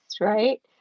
right